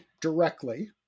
directly